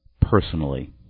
personally